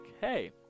hey